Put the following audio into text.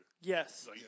Yes